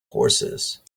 horses